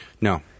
No